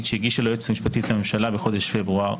שהגישה היועצת המשפטית לממשלה בחודש פברואר.